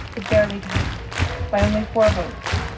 it barely passed by only four votes.